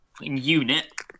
unit